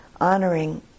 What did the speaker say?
honoring